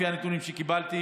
לפי הנתונים שקיבלתי,